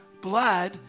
blood